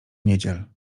niedziel